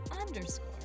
underscore